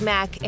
Mac